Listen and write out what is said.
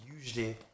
usually